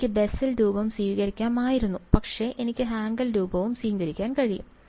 എനിക്ക് ബെസൽ രൂപം സ്വീകരിക്കാമായിരുന്നു പക്ഷേ എനിക്ക് ഹാങ്കൽ രൂപവും സ്വീകരിക്കാൻ കഴിയും